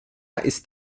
ist